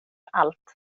allt